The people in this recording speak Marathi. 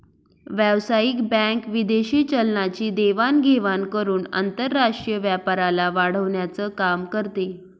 व्यावसायिक बँक विदेशी चलनाची देवाण घेवाण करून आंतरराष्ट्रीय व्यापाराला वाढवण्याचं काम करते